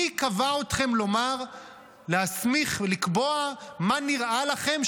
מי קבע אתכם להסמיך ולקבוע מה נראה לכם,